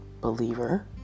believer